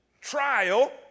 trial